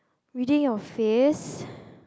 reading your face